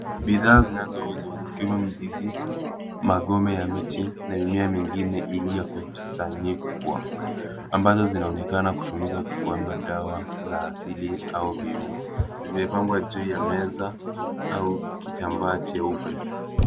Bidhaa zinazouzwa zikiwa mizizi, magome ya miti na mimea mingine iliyokusanyikwa, ambazo zinaonekana kutumika kama dawa za asili au viungo, zimepangwa juu ya meza au kitambaa cheupe.